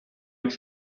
uns